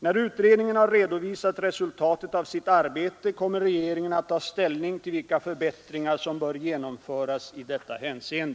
När utredningen har redovisat resultatet av sitt arbete kommer regeringen att ta ställning till vilka förbättringar som bör genomföras i detta hänseende.